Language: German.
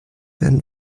werden